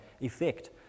effect